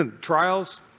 trials